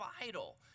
vital